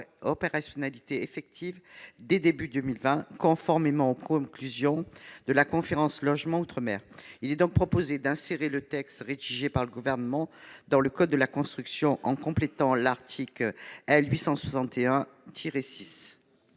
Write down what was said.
opérationnalité effective dès le début de 2020, conformément aux conclusions de la conférence du logement en outre-mer. Nous proposons donc d'insérer le texte rédigé par le Gouvernement dans le code de la construction en complétant son article L. 861-6.